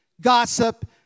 gossip